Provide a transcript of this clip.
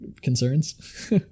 concerns